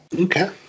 okay